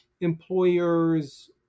employers